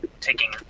taking